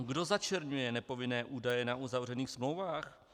Kdo začerňuje nepovinné údaje na uzavřených smlouvách?